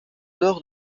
nord